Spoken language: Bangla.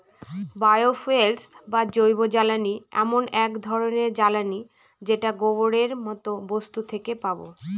বায় ফুয়েল বা জৈবজ্বালানী এমন এক ধরনের জ্বালানী যেটা গোবরের মতো বস্তু থেকে পাবো